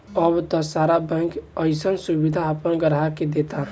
अब त सारा बैंक अइसन सुबिधा आपना ग्राहक के देता